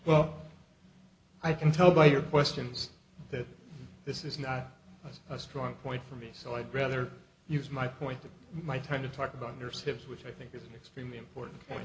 well i can tell by your questions that this is not a strong point for me so i'd rather use my point of my time to talk about your steps which i think it's extremely important point